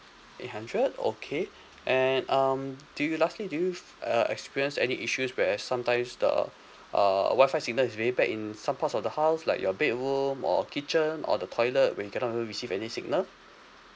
eight hundred okay and um do you lastly do you f~ uh experience any issues where sometimes the uh wi-fi signal is really bad in some parts of the house like your bedroom or kitchen or the toilet where you cannot even receive any signal